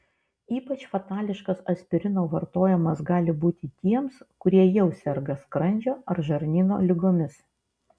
ypač fatališkas aspirino vartojimas gali būti tiems kurie jau serga skrandžio ar žarnyno ligomis